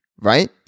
right